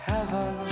Heaven